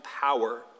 power